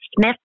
Smith